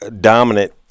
dominant